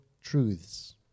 truths